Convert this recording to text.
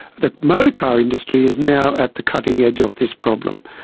the motorcar industry is now at the cutting edge of this problem,